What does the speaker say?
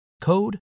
code